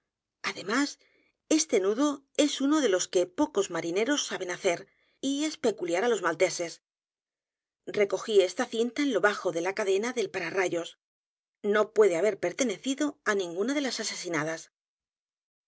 además este nudo es uno de los que pocos marineros saben hacer y es peculiar á los malteses recogí esta cinta en lo bajo de la cadena del pararrayos no puede haber pertenecidoá ninguna de las asesinadas